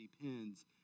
depends